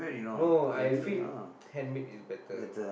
no I feel handmade is better